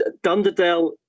dunderdale